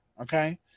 okay